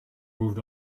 moved